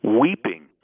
weeping